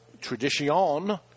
Tradition